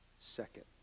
second